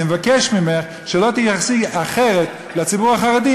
אני מבקש ממך שלא תתייחסי לציבור החרדי